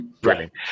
Brilliant